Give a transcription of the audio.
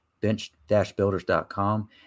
bench-builders.com